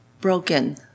broken